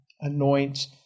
anoint